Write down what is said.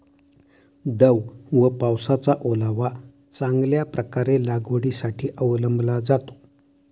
दव व पावसाचा ओलावा चांगल्या प्रकारे लागवडीसाठी अवलंबला जातो